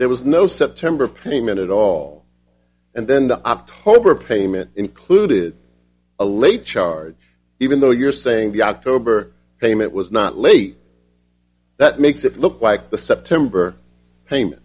there was no september payment at all and then the october payment included a late charge even though you're saying the october payment was not late that makes it look like the september payment